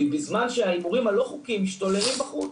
בזמן שההימורים הלא חוקיים משתוללים בחוץ.